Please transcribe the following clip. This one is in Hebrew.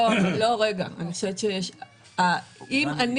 אם אני